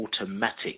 automatic